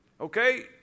Okay